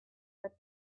that